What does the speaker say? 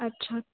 अछा